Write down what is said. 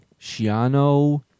Shiano